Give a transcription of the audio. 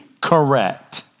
correct